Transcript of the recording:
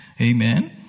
Amen